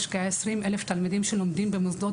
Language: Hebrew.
יש כ-20 אלף תלמידים שלומדים במוסדות